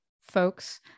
folks